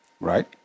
Right